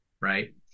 right